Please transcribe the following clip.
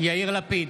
יאיר לפיד,